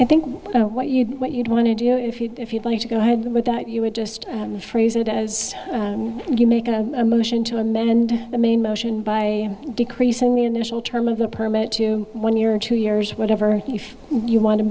i think what you what you'd want to do if you'd like to go ahead with that you would just phrase it as you make a motion to amend the main motion by decreasing the initial term of the permit to one year or two years whatever if you want to